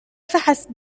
فحسب